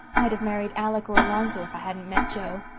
i'd have married alec or alonzo if i hadn't met jo.